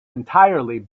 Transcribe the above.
entirely